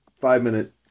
five-minute